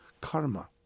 karma